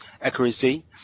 accuracy